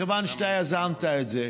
מכיוון שאתה יזמת את זה: